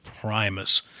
Primus